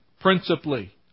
principally